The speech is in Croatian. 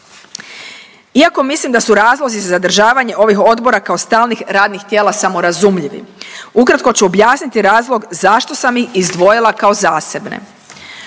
Iako mislim da su razlozi za zadržavanje ovih odbora kao stalnih radnih tijela samo razumljivi ukratko ću objasniti razlog zašto sam ih izdvojila kao zasebne.